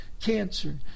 cancer